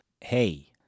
hey